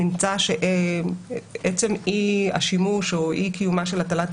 נמצא שאי השימוש או אי קיומה של הטלת